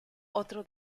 otro